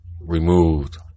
removed